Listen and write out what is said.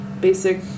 Basic